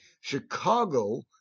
Chicago